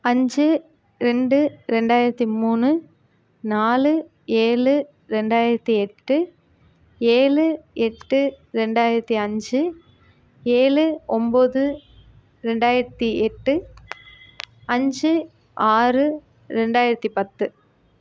அஞ்சு ரெண்டு ரெண்டாயிரத்து மூணு நாலு ஏழு ரெண்டாயிரத்து எட்டு ஏழு எட்டு ரெண்டாயிரத்து அஞ்சு ஏழு ஒன்பது ரெண்டாயிரத்து எட்டு அஞ்சு ஆறு ரெண்டாயிரத்து பத்து